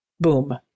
Boom